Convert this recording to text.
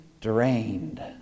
drained